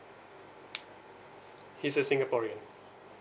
he's a singaporean